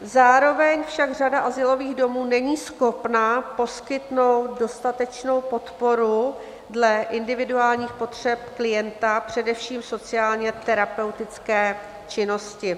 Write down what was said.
Zároveň však řada azylových domů není schopna poskytnout dostatečnou podporu dle individuálních potřeb klienta, především sociálně terapeutické činnosti.